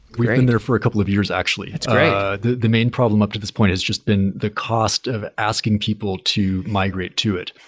we've been there for a couple of years actually great the main problem up to this point has just been the cost of asking people to migrate to it.